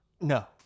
no